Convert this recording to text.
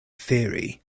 theory